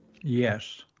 Yes